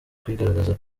kwigaragaza